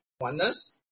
oneness